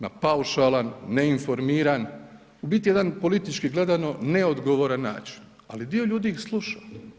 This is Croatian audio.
Na paušalan, neinformiran, u biti jedan politički gledano neodgovoran način, ali dio ljudi ih sluša.